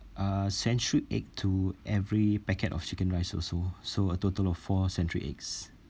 uh century egg to every packet of chicken rice also so a total of four century eggs